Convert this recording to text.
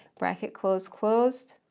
bracket, close, close.